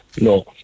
No